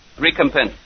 recompense